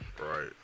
Right